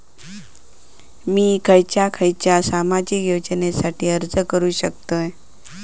मी खयच्या खयच्या सामाजिक योजनेसाठी अर्ज करू शकतय?